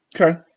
Okay